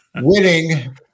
winning